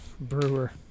Brewer